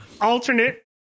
Alternate